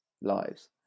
lives